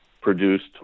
produced